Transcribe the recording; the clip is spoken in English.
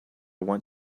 want